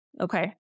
Okay